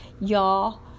Y'all